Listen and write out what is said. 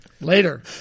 Later